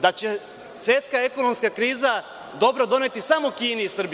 da će svetska ekonomska kriza dobro doneti samo Kini i Srbiji.